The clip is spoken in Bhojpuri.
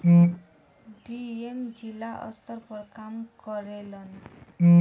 डी.एम जिला स्तर पर काम करेलन